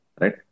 right